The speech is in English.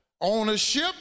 ownership